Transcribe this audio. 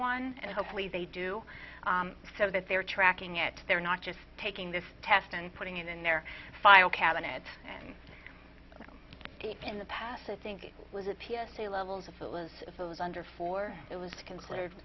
one and hopefully they do so that they're tracking it they're not just taking this test and putting it in their file cabinet and in the past i think it was a p s a levels of it was it was under four it was considered